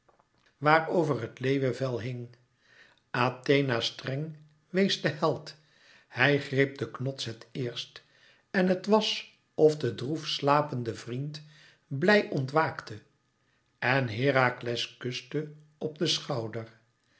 waar over het leeuwevel hing athena streng wees den held hij greep den knots het eerst en het was of de droef slapende vriend blij ontwaakte en herakles kuste op den schouder